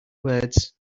words